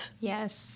Yes